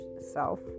self